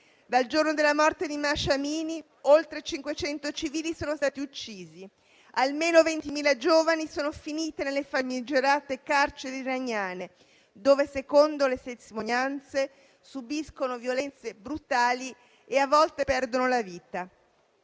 Dal giorno della morte di *Mahsa Amini*, oltre 500 civili sono stati uccisi e almeno 20.000 giovani sono finite nelle famigerate carceri iraniane, dove - secondo le testimonianze - subiscono violenze brutali e a volte perdono la vita.